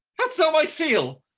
but so my seal?